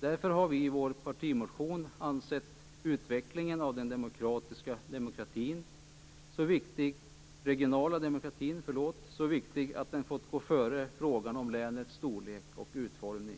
Därför har vi i vår partimotion ansett utvecklingen av den regionala demokratin så viktig att den fått gå före frågan om länets storlek och utformning.